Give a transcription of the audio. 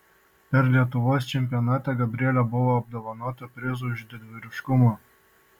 per lietuvos čempionatą gabrielė buvo apdovanota prizu už didvyriškumą